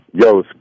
Yo